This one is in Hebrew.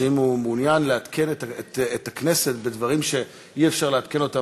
שאם הוא מעוניין לעדכן את הכנסת בדברים שאי-אפשר לומר אותם